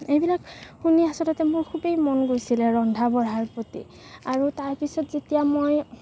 এইবিলাক শুনি আচলতে মোৰ খুবেই মন গৈছিলে ৰন্ধা বঢ়াৰ প্ৰতি আৰু তাৰপিছত যেতিয়া মই